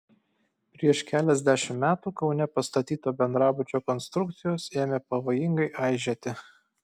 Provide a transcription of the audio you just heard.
prieš keliasdešimt metų kaune pastatyto bendrabučio konstrukcijos ėmė pavojingai aižėti